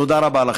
תודה רבה לכם.